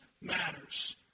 matters